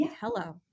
hello